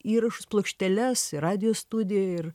įrašus plokšteles ir radijo studijoj ir